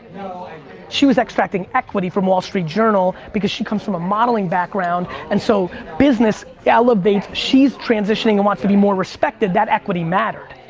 she was extracting equity from wall street journal because she comes from a modeling background and so business elevates, she's transitioning and wants to be more respected, that equity matters.